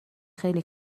خیلی